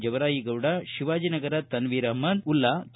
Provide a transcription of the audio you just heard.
ಜವರಾಯಿಗೌಡ ಶಿವಾಜಿನಗರ ತನ್ನೀರ್ ಅಹಮ್ಸದ್ ವುಲ್ಲಾ ಕೆ